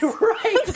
Right